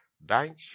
bank